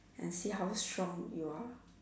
and see how strong you are